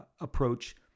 approach